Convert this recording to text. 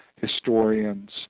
historians